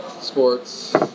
sports